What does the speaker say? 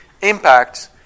impacts